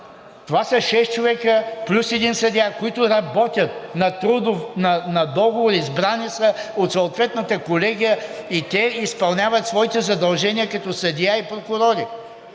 Това са шест човека плюс един съдия, които работят на договор, избрани са от съответната колегия и те изпълняват своите задължения като съдия и прокурори.